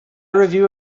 review